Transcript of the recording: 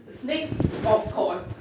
snakes of course